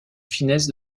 finesse